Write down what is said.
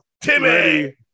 Timmy